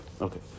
Okay